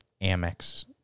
Amex